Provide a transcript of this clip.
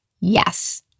Yes